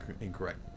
incorrect